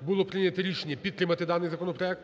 було прийнято рішення підтримати даний законопроект.